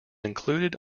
included